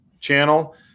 channel